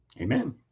amen